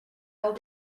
will